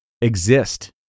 Exist